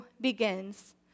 begins